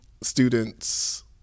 students